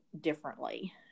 differently